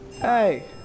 Hey